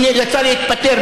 היא נאלצה להתפטר,